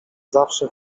zawsze